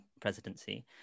presidency